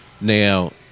now